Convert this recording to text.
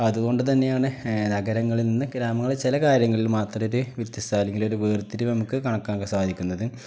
അതുകൊണ്ട് തന്നെയാണ് നഗരങ്ങളിൽ നിന്ന് ഗ്രാമങ്ങളിൽ ചില കാര്യങ്ങളിൽ മാത്രം ഒരു വ്യത്യസ്ത അല്ലെങ്കിൽ ഒരു വേർതിരിവ് നമുക്ക് കണക്കാക്കാൻ സാധിക്കുന്നത്